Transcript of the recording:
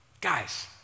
Guys